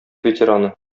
ветераны